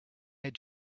had